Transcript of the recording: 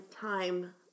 time